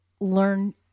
learn